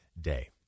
Day